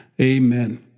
Amen